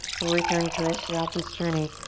we'll return to it throughout this journey.